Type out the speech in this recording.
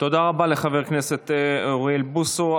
תודה רבה לחבר הכנסת אוריאל בוסו.